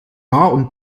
und